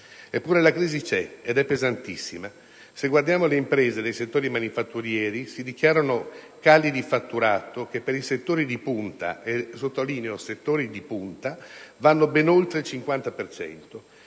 Eppure la crisi c'è, ed è pesantissima: nelle imprese dei settori manifatturieri si dichiarano cali di fatturato che per i settori di punta - lo sottolineo - vanno ben oltre il 50